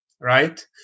right